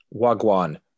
Wagwan